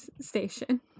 station